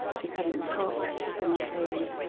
she couldn't cook, she couldn't clean,